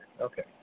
Okay